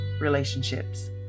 relationships